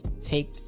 Take